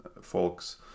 folks